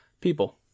people